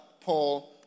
Paul